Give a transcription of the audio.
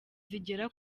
zigera